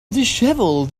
dishevelled